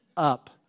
up